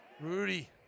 Rudy